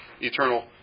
eternal